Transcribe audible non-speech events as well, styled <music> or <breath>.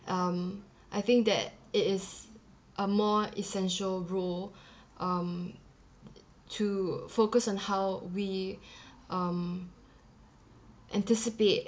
um I think that it is a more essential role <breath> um to focus on how we <breath> um anticipate